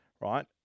Right